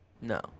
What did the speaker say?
No